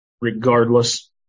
regardless